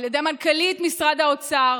על ידי מנכ"לית משרד האוצר,